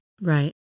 right